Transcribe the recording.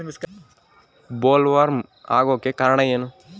Bollworm ಆಗೋಕೆ ಕಾರಣ ಏನು?